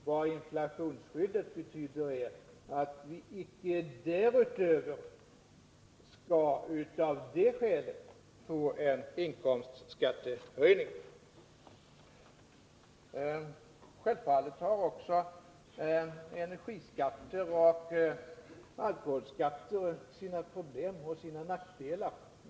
Vad inflationsskyddet betyder är att vi icke därutöver och av det skälet skall få en inkomstskattehöjning. Energioch alkoholskatterna har självfallet också sina problem och nackdelar.